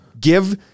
give